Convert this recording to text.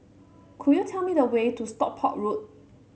could you tell me the way to Stockport Road